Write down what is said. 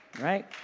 Right